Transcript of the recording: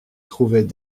trouvaient